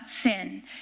sin